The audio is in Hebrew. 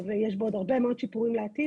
ויש בו עוד הרבה מאוד שיפורים לעתיד.